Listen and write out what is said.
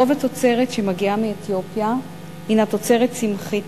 רוב התוצרת שמגיעה מאתיופיה הינה תוצרת צמחית,